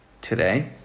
today